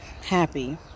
happy